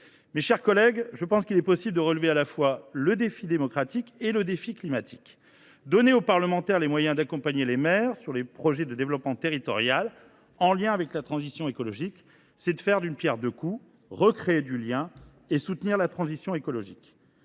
Mes chers collègues, il me semble possible de relever à la fois le défi démocratique et le défi climatique. Donner aux parlementaires les moyens d’accompagner les projets de développement territorial élaborés par les maires au titre de la transition écologique, c’est faire d’une pierre deux coups : c’est recréer du lien et soutenir la transition écologique.